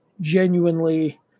genuinely